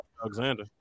Alexander